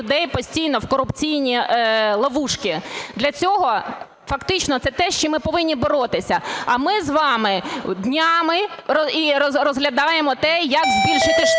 людей постійно в корупційні ловушки. Для цього фактично це те, з чим ми повинні боротися. А ми з вами днями розглядаємо те, як збільшити штрафи,